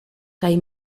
kaj